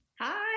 Hi